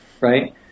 right